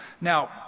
Now